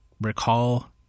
recall